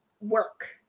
work